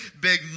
big